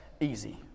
easy